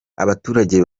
abaturage